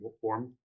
form